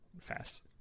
fast